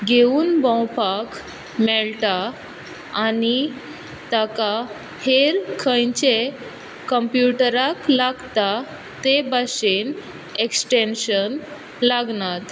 घेवून भोंवपाक मेळटा आनी ताका हेर खंयचेय कंप्युटराक लागता ते भाशेन एक्सटेंशन लागनात